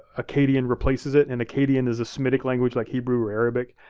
akkadian replaces it and akkadian is a semitic language like hebrew or arabic,